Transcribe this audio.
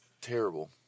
terrible